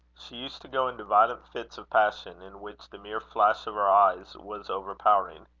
she used to go into violent fits of passion, in which the mere flash of her eyes was overpowering.